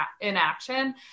inaction